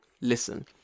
listen